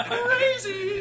crazy